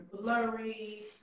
blurry